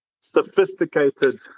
sophisticated